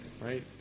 right